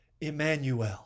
Emmanuel